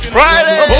Friday